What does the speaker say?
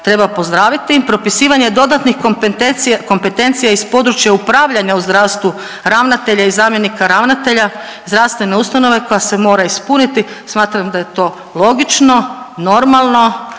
treba pozdraviti, propisivanje dodatnih kompetencija iz područja upravljanja u zdravstvu ravnatelja i zamjenika ravnatelja zdravstvene ustanove koja se mora ispuniti. Smatram da je to logično, normalno